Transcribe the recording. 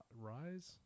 Rise